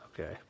Okay